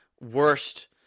worst